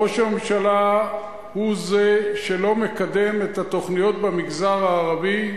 ראש הממשלה הוא זה שלא מקדם את התוכניות במגזר הערבי,